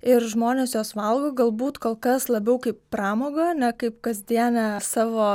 ir žmonės juos valgo galbūt kol kas labiau kaip pramogą ne kaip kasdienę savo